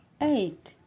eight